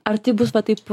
ar tai bus va taip